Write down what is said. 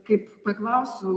kaip paklausiau